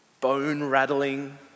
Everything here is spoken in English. bone-rattling